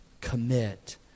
Commit